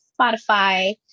Spotify